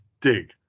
dig